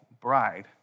bride